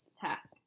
Task